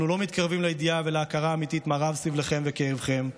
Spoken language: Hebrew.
אנחנו לא מתקרבים לידיעה ולהכרה האמיתית מה רב סבלכם וכאבכם.